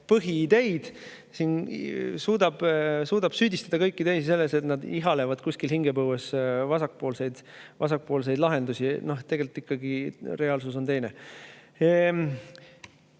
põhiideid, suudab süüdistada kõiki teisi selles, et nad ihalevad kuskil hingepõues vasakpoolseid lahendusi. Tegelikult on reaalsus ikkagi